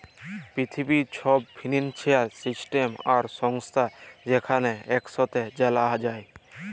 পিথিবীর ছব financial system আর সংস্থা যেখালে ইকসাথে জালা যায়